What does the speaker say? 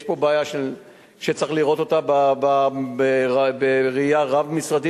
יש פה בעיה שצריך לראות אותה בראייה רב-משרדית,